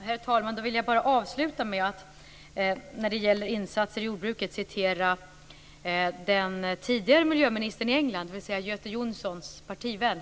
Herr talman! Jag vill avsluta med att referera till den tidigare miljöministern i England, dvs. Göte Jonssons partivän.